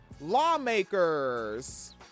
Lawmakers